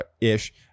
ish